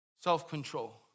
self-control